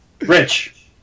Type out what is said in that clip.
Rich